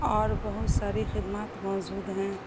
اور بہت ساری خدمات موجود ہیں